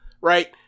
right